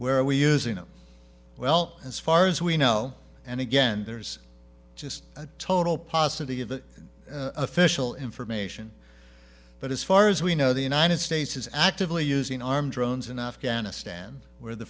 are we using it well as far as we know and again there's just a total pos of the of the official information but as far as we know the united states is actively using armed drones in afghanistan where the